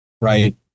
right